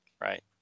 Right